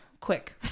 quick